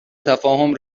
تفاهم